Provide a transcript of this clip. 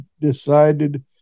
decided